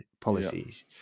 policies